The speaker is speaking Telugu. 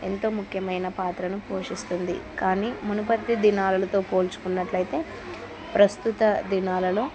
ఎంతో ముఖ్యమైన పాత్రను పోషిస్తుంది కానీ మునుపటి దినాలతో పోల్చుకున్నట్టయితే ప్రస్తుత దినాలలో